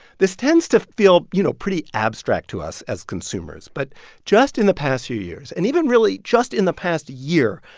this tends to feel, you know, pretty abstract to us as consumers. but just in the past few years, and even, really, just in the past year,